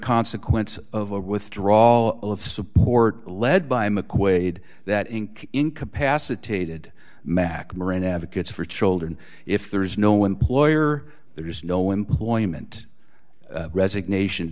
consequence of a withdrawal of support led by mcquade that inc incapacitated mack moran advocates for children if there is no employer there is no employment resignation